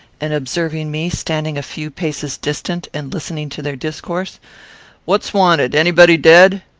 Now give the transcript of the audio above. and observing me standing a few paces distant, and listening to their discourse what's wanted? anybody dead?